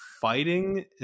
fighting